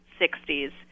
60s